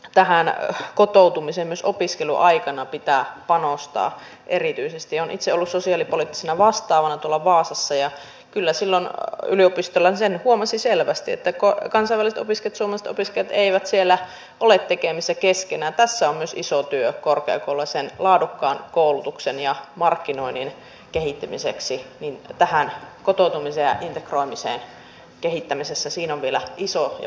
tähän kotoutumiseen myös opiskeluaikana pitää panostaa erityisesti on itse ollut sosiaalipoliittisena vastaavana tuolla vaasassa ja kyllä sillä yliopistolla sen huomasi selvästi rikkoo kansainvälistämiskatsomo todisti etteivät siellä oli tekemistä keskenään ja saa myös iso työ korkea ole sen laadukkaan koulutuksen ja markkinoinnin kehittämiseksi niin tätähän kotoutumiseenintegroimisen kehittämisessä siinä vielä iso ja